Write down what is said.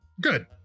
Good